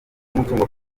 w’umutungo